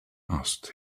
asked